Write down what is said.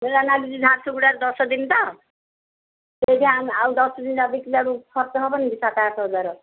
ମେଳା ଲାଗିଛି ଝାରସୁଗୁଡ଼ାରେ ଦଶ ଦିନ ତ ସେଇଠି ଆଉ ଦଶ ଦିନ ଯାହା ବିକିବାରୁ ଖର୍ଚ୍ଚ ହବନି କି ସାତ ଆଠ ହଜାର